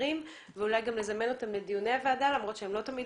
מהשרים ואולי גם נזמן אותם לדיוני הוועדה למרות שהם לא תמיד